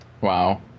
wow